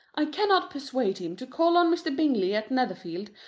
i cannot persuade him to call on mr. bingley at netherfield,